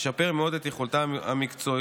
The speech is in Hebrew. ישפר מאוד את יכולותיהם המקצועיות